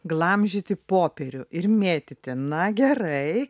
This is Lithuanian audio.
glamžyti popierių ir mėtyti na gerai